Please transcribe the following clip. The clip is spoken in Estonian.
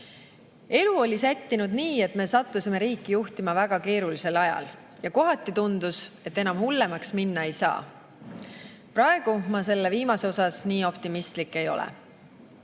Elu oli sättinud nii, et me sattusime riiki juhtima väga keerulisel ajal, ja kohati tundus, et enam hullemaks minna ei saa. Praegu ma selle viimase osas nii optimistlik ei ole.